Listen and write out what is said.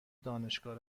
دانشگاه